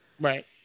Right